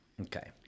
Okay